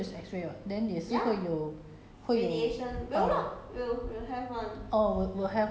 ya but 那个 X-ray 也是 X-ray 是吗 the the the teeth one also is X-ray [what] then 也是会有